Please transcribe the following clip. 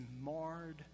marred